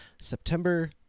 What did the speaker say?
September